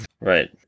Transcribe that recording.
Right